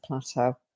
plateau